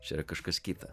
čia yra kažkas kita